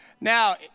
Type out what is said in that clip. Now